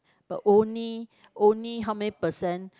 but only only how many percent